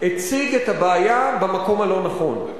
הציג את הבעיה במקום הלא-נכון.